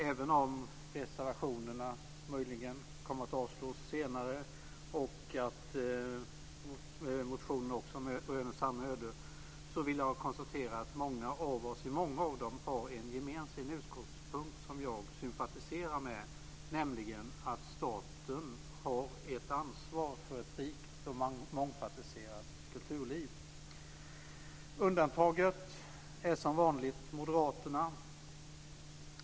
Även om reservationerna möjligen kommer att avslås senare och motionerna också röner samma öde vill jag konstatera att det i många av dem finns en utgångspunkt som jag sympatiserar med, nämligen att staten har ett ansvar för ett rikt och mångfasetterat kulturliv. Undantaget är som vanligt moderaterna.